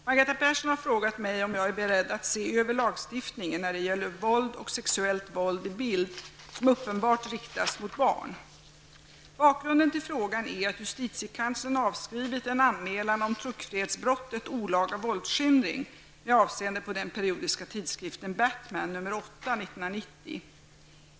Fru talman! Margareta Persson har frågat mig om jag är beredd att se över lagstiftningen när det gäller våld och sexuellt våld i bild som uppenbart riktas mot barn. Bakgrunden till frågan är att justitiekanslern avskrivit en anmälan om tryckfrihetsbrottet olaga våldsskildring med avseende på den periodiska tidskriften Batman nr 8/1990.